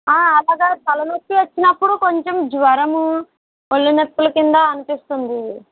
అలాగ తలనొప్పి వచ్చినప్పుడు కొంచెం జ్వరము ఒళ్లునొప్పుల కింద అనిపిస్తుంది